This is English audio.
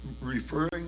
referring